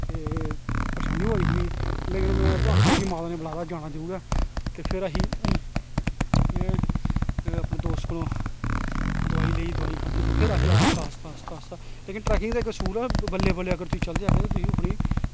ते परेशानी होआ दी ही मिगी लेकिन में आखेआ कि माता ने बलाए दा ऐ जाना जरूर ऐ ते फिर असीं में अपने दोस्त कोलूं दवाई लेई दवाई खाद्धी ते फिर असीं आस्ता आस्ता आस्ता लेकिन ट्रैकिंग दा इक असूल हा बल्लें बल्लें अगर तुस चलदे हे ते तुसें अपनी